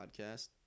podcast